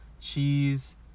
cheese